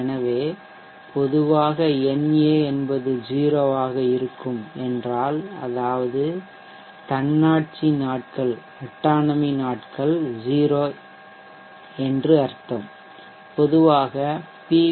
எனவே பொதுவாக na என்பது 0 ஆக இருக்கும் என்றால் அதாவது தன்னாட்சி நாட்கள் 0 இதன் அர்த்தம் பொதுவாக பி